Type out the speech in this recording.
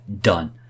done